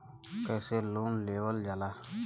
कैसे लोन लेवल जाला?